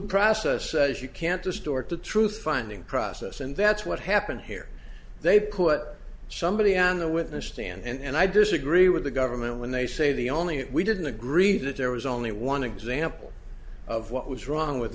process is you can't distort the truth finding process and that's what happened here they put somebody on the witness stand and i disagree with the government when they say the only we didn't agree that there was only one example of what was wrong with